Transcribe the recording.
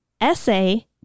Essay